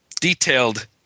detailed